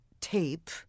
tape